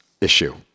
issue